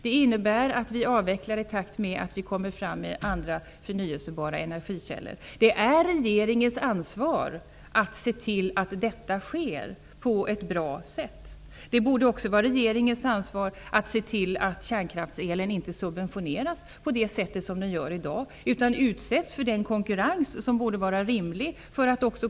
Det innebär att vi avvecklar i takt med att andra, förnyelsebara energikällor kommer fram. Det är regeringens ansvar att se till att detta sker på ett bra sätt. Det borde också vara regeringens ansvar att se till att kärnkraftselen inte subventioneras på det sätt som den gör i dag utan utsätts för en rimlig konkurrens.